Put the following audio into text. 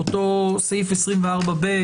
באותו סעיף 24(ב),